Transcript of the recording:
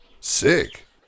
Sick